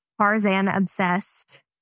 Tarzan-obsessed